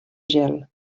gel